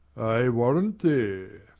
i warrant thee.